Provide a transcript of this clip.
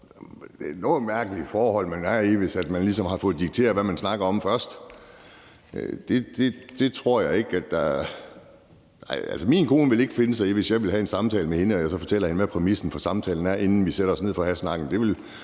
er det et noget mærkeligt forhold, hvis man først ligesom har fået dikteret, hvad man skal snakke om. Min kone ville ikke finde sig i, at jeg, hvis jeg ville have en samtale med hende, så fortalte hende, hvad præmissen for samtalen var, inden vi satte os ned for at have snakken.